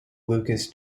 lucas